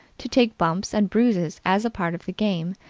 to take bumps and bruises as part of the game,